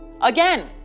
again